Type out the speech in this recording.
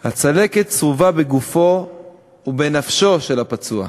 הצלקת צרובה בגופו ובנפשו של הפצוע,